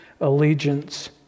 allegiance